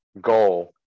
goal